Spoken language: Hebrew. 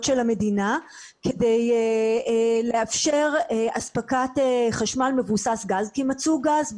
של המדינה כדי לאפשר אספקת חשמל מבוסס גז כי מצאו גז.